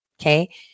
okay